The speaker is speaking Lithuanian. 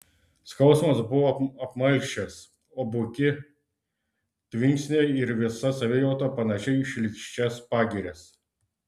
skausmas buvo apmalšęs o buki tvinksniai ir visa savijauta panaši į šlykščias pagirias